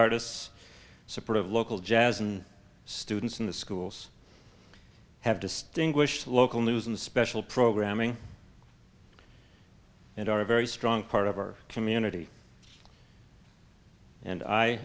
artists support of local jazz and students in the schools have distinguished local news and special programming and are a very strong part of our community and i